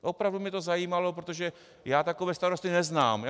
Opravdu by mě to zajímalo, protože já takové starosty neznám.